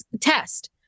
test